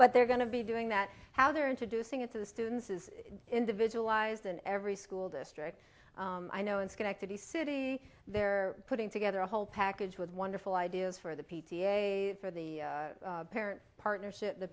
but they're going to be doing that how they're introducing it to the students is individualized in every school district i know in schenectady city they're putting together a whole package with wonderful ideas for the p t a for the partnership the parent partnership t